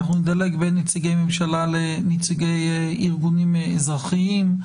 אנחנו נדלג בין נציגי ממשלה לבין נציגי ארגונים אזרחיים.